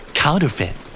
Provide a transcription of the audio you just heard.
counterfeit